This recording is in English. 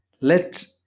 Let